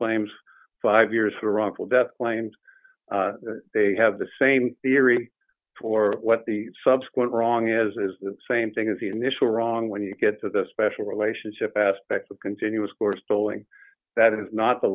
claims five years for wrongful death claims they have the same theory for what the subsequent wrong is the same thing as the initial wrong when you get to the special relationship aspect of continuous course polling that is not